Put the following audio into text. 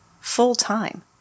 full-time